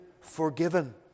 forgiven